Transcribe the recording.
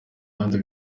kandi